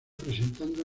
presentando